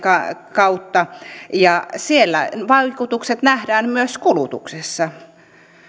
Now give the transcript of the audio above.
kautta ja siellä vaikutukset nähdään myös kulutuksessa